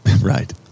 Right